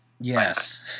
Yes